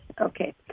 okay